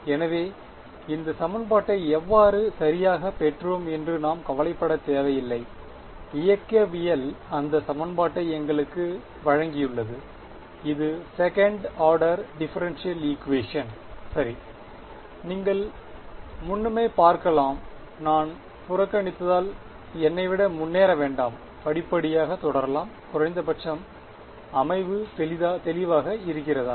எனவே இந்த சமன்பாட்டை எவ்வாறு சரியாகப் பெற்றோம் என்று நாம் கவலைப்பட தேவையில்லை இயக்கவியல் இந்த சமன்பாட்டை எங்களுக்கு வழங்கியுள்ளது இது செகண்ட் ஆர்டர் டிஃபரென்ஷியல் ஈக்குவேஷன் சரி நீங்கள் முன்னமே பார்க்கலாம் நான் புறக்கணித்தால் என்னை விட முன்னேற வேண்டாம் படிப்படியாக தொடரலாம் குறைந்தபட்சம் அமைவு தெளிவாக இருக்கிறதா